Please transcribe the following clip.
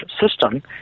system